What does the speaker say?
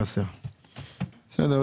בסדר,